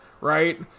Right